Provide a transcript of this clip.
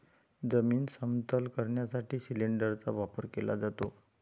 जमीन समतल करण्यासाठी सिलिंडरचा वापर केला जातो